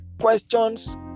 questions